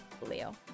Leo